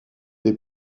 des